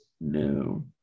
no